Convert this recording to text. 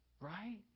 right